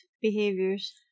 behaviors